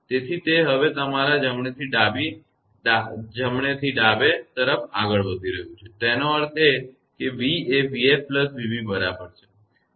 તેથી તે હવે તમારા જમણેથી ડાબે જમણેથી ડાબે તરફ આગળ વધી રહ્યું છે તેનો અર્થ એ કે v એ 𝑣𝑓 𝑣𝑏 બરાબર છે